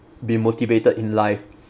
be motivated in life